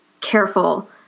careful